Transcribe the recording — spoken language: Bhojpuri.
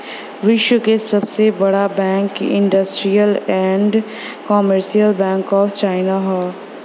विश्व क सबसे बड़ा bank Industrial and Commercial Bank of China हौ